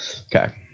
Okay